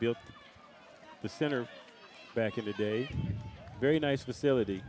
built the center back in the days very nice facility